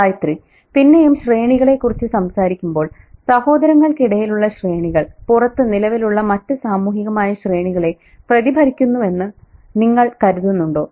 ഗായത്രി പിന്നെയും ശ്രേണികളെക്കുറിച്ച് സംസാരിക്കുമ്പോൾ സഹോദരങ്ങൾക്കിടയിലുള്ള ശ്രേണികൾ പുറത്ത് നിലവിലുള്ള മറ്റു സാമൂഹികമായ ശ്രേണികളെ പ്രതിഫലിപ്പിക്കുന്നുവെന്ന് നിങ്ങൾ കരുതുന്നുണ്ടോ